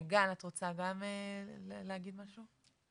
גל, את רוצה גם להגיד משהו?